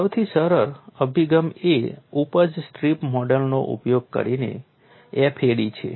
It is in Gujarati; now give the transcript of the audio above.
સૌથી સરળ અભિગમ એ ઉપજ સ્ટ્રીપ મોડેલનો ઉપયોગ કરીને FAD છે